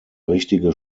richtige